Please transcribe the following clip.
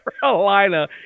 Carolina